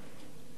עוד הפעם,